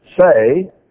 say